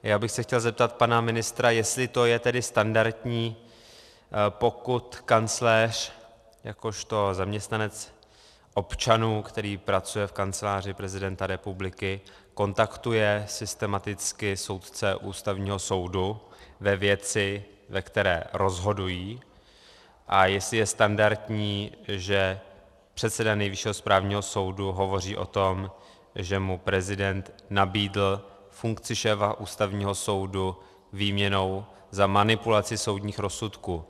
Já bych se chtěl zeptat pana ministra, jestli to je tedy standardní, pokud kancléř jakožto zaměstnanec občanů, který pracuje v Kanceláři prezidenta republiky, kontaktuje systematicky soudce Ústavního soudu ve věci, ve které rozhodují, a jestli je standardní, že předseda Nejvyššího správního soudu hovoří o tom, že mu prezident nabídl funkci šéfa Ústavního soudu výměnou za manipulaci soudních rozsudků.